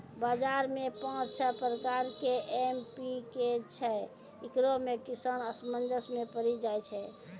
बाजार मे पाँच छह प्रकार के एम.पी.के छैय, इकरो मे किसान असमंजस मे पड़ी जाय छैय?